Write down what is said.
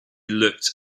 looked